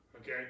okay